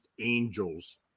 angels